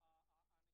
עדיין